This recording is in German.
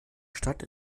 stadt